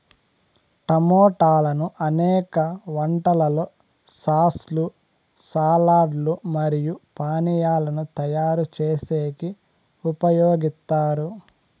టమోటాలను అనేక వంటలలో సాస్ లు, సాలడ్ లు మరియు పానీయాలను తయారు చేసేకి ఉపయోగిత్తారు